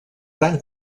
gran